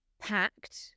packed